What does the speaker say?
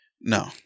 No